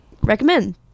recommend